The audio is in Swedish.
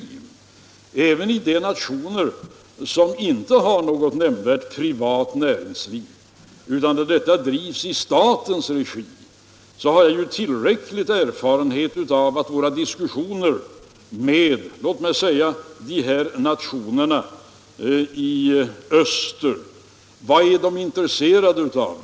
Jag har tillräcklig erfarenhet av diskussioner med sådana nationer som inte har något nämnvärt privat näringsliv utan ett näringsliv som drivs i statens regi, och vad är exempelvis nationerna i öster intresserade av?